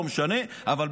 לא משנה,